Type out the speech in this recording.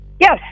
Yes